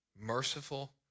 merciful